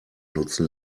nutzen